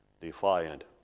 Defiant